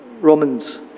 Romans